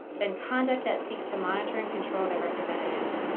then conduct that seeks to monitor and control their representatives,